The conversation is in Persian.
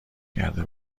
کرده